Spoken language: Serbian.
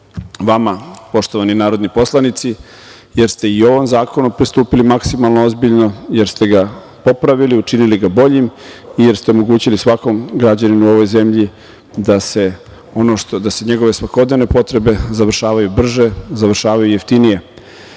vama poštovani narodni poslanici, jer ste i ovom zakonu pristupili maksimalno ozbiljno, jer ste ga popravili, učinili ga boljim, jer ste omogućili svakom građaninu u ovoj zemlji da se njegove svakodnevne potrebe završavaju brže, završavaju jeftinije. Ne